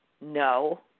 No